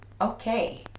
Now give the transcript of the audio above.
Okay